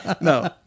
No